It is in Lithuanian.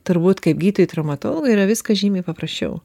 turbūt kaip gydytojui traumatologui yra viskas žymiai paprasčiau